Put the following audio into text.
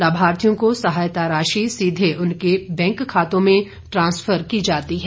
लाभार्थियों को सहायता राशि सीधे उनके बैंक खातों में ट्रांसफर की जाती है